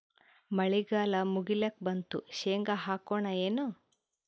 ಮಳಿಗಾಲ ಮುಗಿಲಿಕ್ ಬಂತು, ಶೇಂಗಾ ಹಾಕೋಣ ಏನು?